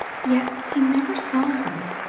yet he never saw her,